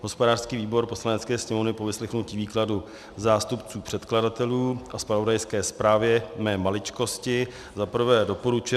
Hospodářský výbor Poslanecké sněmovny po vyslechnutí výkladu zástupců předkladatelů a zpravodajské zprávě mé maličkosti za prvé doporučuje